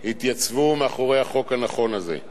התייצבו מאחורי החוק הנכון הזה.